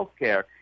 healthcare